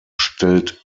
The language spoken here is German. stellt